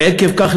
ועקב כך,